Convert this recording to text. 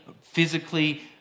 physically